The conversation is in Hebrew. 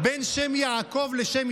אתה עדיין ממשיך